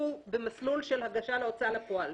במסלול של הגשה להוצאה לפועל.